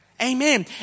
Amen